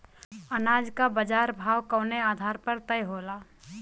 अनाज क बाजार भाव कवने आधार पर तय होला?